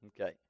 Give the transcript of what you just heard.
Okay